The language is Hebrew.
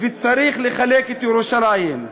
וצריך לחלק את ירושלים.